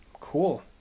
Cool